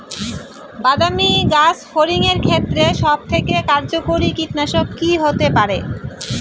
বাদামী গাছফড়িঙের ক্ষেত্রে সবথেকে কার্যকরী কীটনাশক কি হতে পারে?